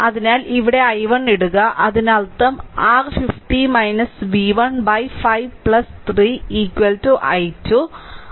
അതിനാൽ ഇവിടെ i1 ഇടുക അതിനർത്ഥം r 50 v1 5 3 i2